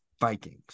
Vikings